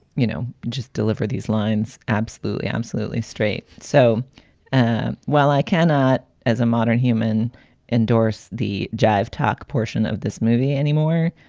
you know, just deliver these lines. absolutely, absolutely straight. so and while i cannot as a modern human endorse the jive talk portion of this movie anymore,